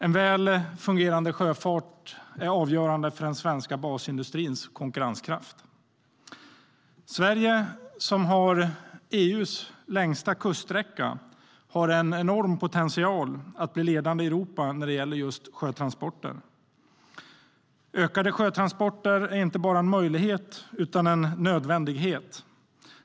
En väl fungerande sjöfart är avgörande för den svenska basindustrins konkurrenskraft. Sverige som har EU:s längsta kuststräcka har en enorm potential för att bli ledande i Europa när det gäller just sjötransporter. Ökade sjötransporter är inte bara en möjlighet utan en nödvändighet.